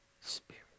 Spirit